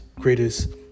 greatest